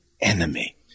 enemy